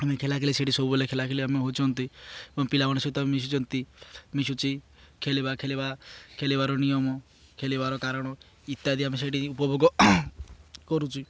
ଆମେ ଖେଳା ଖେଳି ସେଇଠି ସବୁବେଳେ ଖେଳା ଖେଳି ଆମେ ହଉଛନ୍ତି ଏବଂ ପିଲାମାନେଙ୍କ ସହିତ ଆମ ମିଶୁଛନ୍ତି ମିଶୁଛି ଖେଳିବା ଖେଳିବା ଖେଳିବାର ନିୟମ ଖେଳିବାର କାରଣ ଇତ୍ୟାଦି ଆମେ ସେଇଠି ଉପଭୋଗ କରୁଛୁ